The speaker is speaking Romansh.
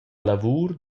lavur